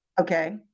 okay